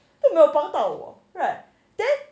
都没有帮到我 right then